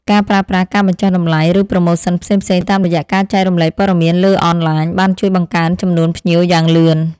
ការប្រើប្រាស់ការបញ្ចុះតម្លៃ ឬប្រូម៉ូសិនផ្សេងៗតាមរយៈការចែករំលែកព័ត៌មានលើអនឡាញបានជួយបង្កើនចំនួនភ្ញៀវយ៉ាងលឿន។